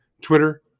Twitter